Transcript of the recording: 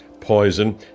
poison